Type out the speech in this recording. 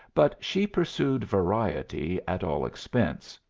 but she pursued variety at all expense,